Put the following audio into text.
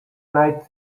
night